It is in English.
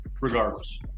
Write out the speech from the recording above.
regardless